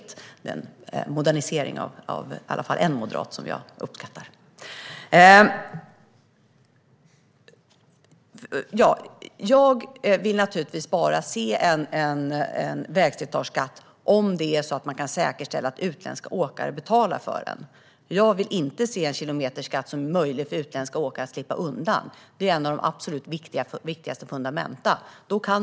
Det är en modernisering hos i alla fall en moderat som jag uppskattar. Jag vill naturligtvis bara se en vägslitageskatt, om man kan säkerställa att utländska åkare betalar den. Jag vill inte se en kilometerskatt som möjliggör för utländska åkare att slippa undan. Det är det absolut viktigaste fundamentet.